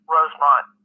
Rosemont